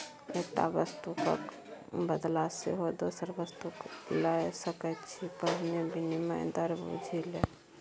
एकटा वस्तुक क बदला सेहो दोसर वस्तु लए सकैत छी पहिने विनिमय दर बुझि ले